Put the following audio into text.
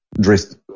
dressed